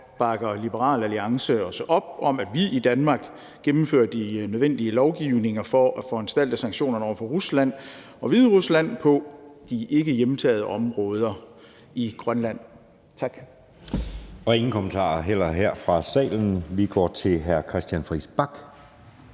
bakker Liberal Alliance også op om, at vi i Danmark gennemfører de nødvendige lovgivninger for at foranstalte sanktionerne over for Rusland og Hviderusland på de ikkehjemtagede områder i Grønland. Tak.